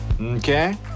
Okay